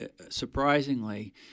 surprisingly